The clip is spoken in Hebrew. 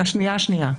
השנייה "השנייה".